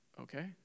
okay